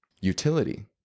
utility